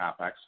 CapEx